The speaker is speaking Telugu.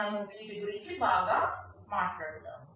మనం వీటి గురించి కూడా బాగా మాట్లాడుదాము